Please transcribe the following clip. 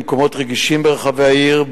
במקומות רגישים ברחבי העיר,